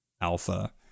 alpha